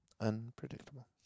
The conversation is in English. Unpredictable